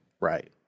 Right